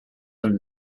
from